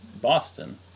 Boston